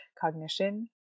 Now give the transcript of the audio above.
cognition